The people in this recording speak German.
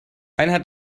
einheit